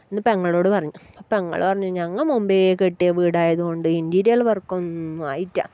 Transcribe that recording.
ഇത് പെങ്ങളോട് പറഞ്ഞു അപ്പം പെങ്ങൾ പറഞ്ഞു ഞങ്ങൾ മുമ്പേ കെട്ടിയ വീടായത് കൊണ്ട് ഇൻറ്റീരിയൽ വർക്കൊന്നും ആയിട്ടില്ല